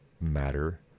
matter